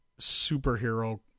superhero